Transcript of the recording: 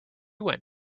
went